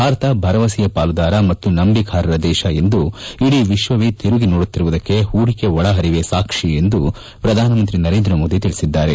ಭಾರತ ಭರವಸೆಯ ಪಾಲುದಾರ ಮತ್ತು ನಂಬಿಕಾರ್ಪ ದೇಶ ಎಂದು ಇಡೀ ವಿಶ್ವವೇ ತಿರುಗಿ ನೋಡುತ್ತಿರುವುದಕ್ಕೆ ಹೂಡಿಕೆ ಒಳಪರಿವೇ ಸಾಕ್ಷಿ ಎಂದು ಪ್ರಧಾನಮಂತ್ರಿ ನರೇಂದ್ರ ಮೋದಿ ತಿಳಿಸಿದ್ದಾರೆ